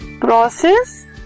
process